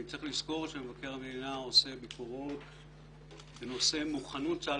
צריך לזכור שמבקר המדינה עוסק במוכנות צה"ל